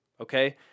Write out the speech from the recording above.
Okay